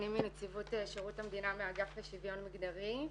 אני מנציבות שירות המדינה מאגף לשוויון מגדרי,